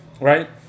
right